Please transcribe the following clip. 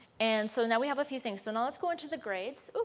and so now we have a few things. so now let's go into the grades.